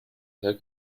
sehr